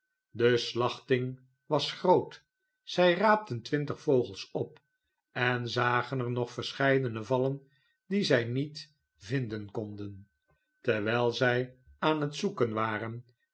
de slachting was groot zij raapten twintig vogels op en zagen er nog verscheidene vallen die zij niet vinden konden terwijl zij aan het zoeken waren